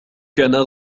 كان